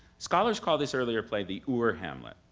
scholars call this earlier play the ur-hamlet.